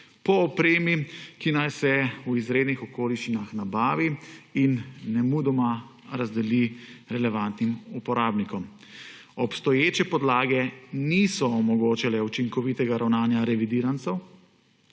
po opremi, ki naj se v izrednih okoliščinah nabavi in nemudoma razdeli relevantnim uporabnikom. Obstoječe podlage niso omogočale učinkovitega ravnanja revidirancev